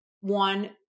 One